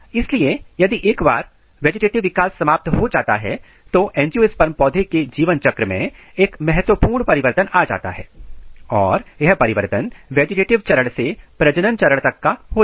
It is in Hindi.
इसलिए यदि एक बार वेजिटेटिव विकास समाप्त हो जाता है तो एंजियोस्पर्म पौधे के जीवन चक्र में एक महत्वपूर्ण परिवर्तन आ जाता है और यह परिवर्तन वेजिटेटिव चरण से प्रजनन चरण तक का होता है